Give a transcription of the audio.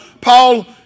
Paul